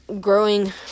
growing